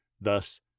Thus